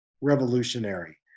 revolutionary